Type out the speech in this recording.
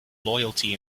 loyalty